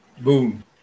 Boom